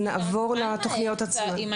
נעבור לתוכניות עצמן.